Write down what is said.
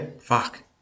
Fuck